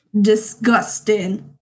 Disgusting